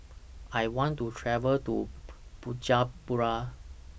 I want to travel to Bujumbura